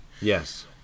Yes